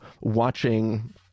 watching